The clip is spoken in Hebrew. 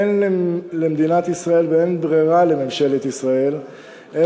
אין למדינת ישראל ולממשלת ישראל ברירה,